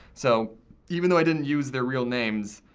so even though i didn't use their real names,